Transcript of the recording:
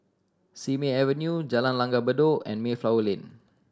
Simei Avenue Jalan Langgar Bedok and Mayflower Lane